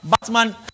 Batman